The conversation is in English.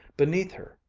beneath her,